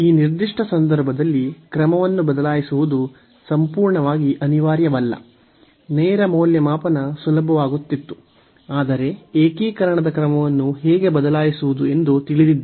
ಈ ನಿರ್ದಿಷ್ಟ ಸಂದರ್ಭದಲ್ಲಿ ಕ್ರಮವನ್ನು ಬದಲಾಯಿಸುವುದು ಸಂಪೂರ್ಣವಾಗಿ ಅನಿವಾರ್ಯವಲ್ಲ ನೇರ ಮೌಲ್ಯಮಾಪನ ಸುಲಭವಾಗುತ್ತಿತ್ತು ಆದರೆ ಏಕೀಕರಣದ ಕ್ರಮವನ್ನು ಹೇಗೆ ಬದಲಾಯಿಸುವುದು ಎಂದು ತಿಳಿದಿದ್ದೇವೆ